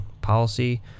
policy